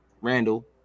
Randall